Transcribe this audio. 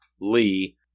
Lee